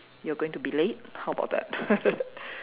you're going to be late how about that